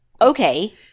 Okay